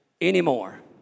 anymore